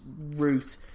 route